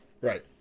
Right